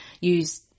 use